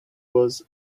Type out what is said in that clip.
was